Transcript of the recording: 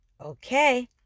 Okay